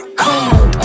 cold